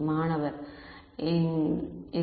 மாணவர் இல்